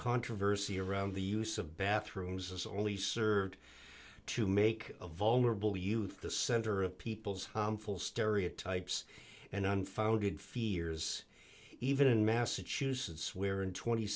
controversy around the use of bathrooms is only served to make vulnerable youth the center of people's full stereotypes and unfounded fears even in massachusetts where in tw